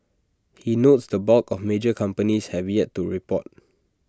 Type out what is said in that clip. he notes the bulk of major companies have yet to report